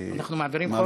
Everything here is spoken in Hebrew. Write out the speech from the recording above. אנחנו מעבירים חוק?